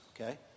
okay